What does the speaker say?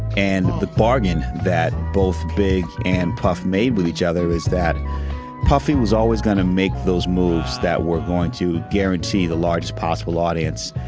and the bargain that both big and puff made with each other is that puffy was always going to make those moves that were going to guarantee the largest possible audience.